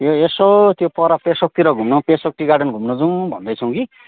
यो यसो त्यो पर पेसोकतिर घुम्न पेसोक टी गार्डन घुम्नु जाउँ भन्दैछौँ कि